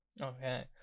okay